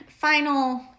final